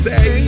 Say